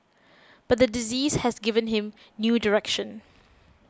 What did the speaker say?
but the disease has given him new direction